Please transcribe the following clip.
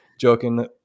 joking